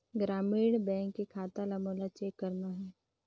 ग्रामीण बैंक के खाता ला मोला चेक करना हे?